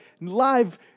live